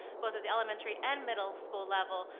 both at the elementary and middle school level,